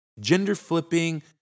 gender-flipping